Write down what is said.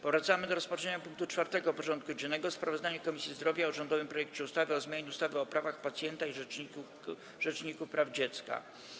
Powracamy do rozpatrzenia punktu 4. porządku dziennego: Sprawozdanie Komisji Zdrowia o rządowym projekcie ustawy o zmianie ustawy o prawach pacjenta i Rzeczniku Praw Pacjenta.